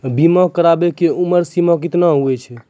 बीमा कराबै के उमर सीमा केतना होय छै?